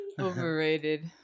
overrated